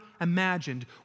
imagined